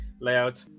layout